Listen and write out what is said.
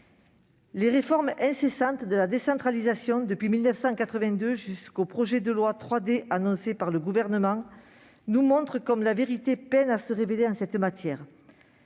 Les réformes incessantes de la décentralisation, depuis 1982 jusqu'au projet de loi 3D annoncé par le Gouvernement, nous montrent comme la vérité peine à se révéler en cette matière.